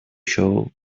show